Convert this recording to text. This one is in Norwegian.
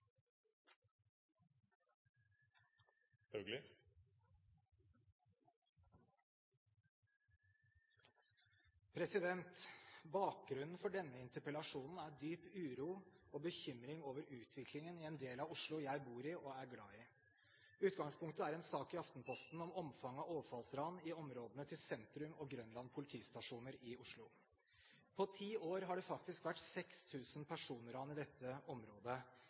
3. Bakgrunnen for denne interpellasjonen er dyp uro og bekymring over utviklingen i en del av Oslo jeg bor i og er glad i. Utgangspunktet er en sak i Aftenposten om omfanget av overfallsran i områdene til Sentrum og Grønland politistasjoner i Oslo. På ti år har det faktisk vært 6 000 personran i dette området.